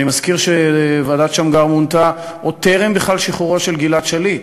אני מזכיר שוועדת שמגר בכלל מונתה עוד טרם שחרורו של גלעד שליט,